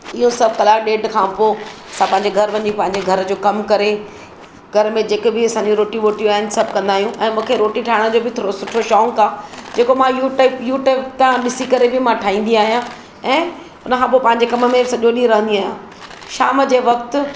इहो सभु कलाक ॾेढ खां पोइ असां पंहिंजे घर वञी पंहिंजे घर जो कमु करे घर में जेके बि असांजी रोटियू ॿोटियूं आहिनि सभु कंदा आहियूं ऐं मूंखे रोटी ठाइण जो बि थोरो सुठो शौक़ु आहे जेको मां यू टाइप यूट्युब था ॾिसी करे बि मां ठाहींदी आहियां ऐं हुन खां पोइ पंहिंजे कमु में सॼो ॾींहुं रहंदी आहियां शाम जे वक़्तु